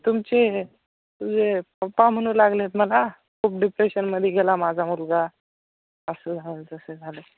तुमचे तुझे पप्पा म्हणू लागले आहेत मला खूप डिप्रेशनमध्ये गेला माझा मुलगा असं झालं तसं झालं